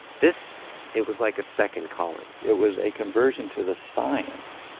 this it was like a second calling it was a conversion to the science